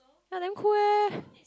ye damn cool eh